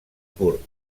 curt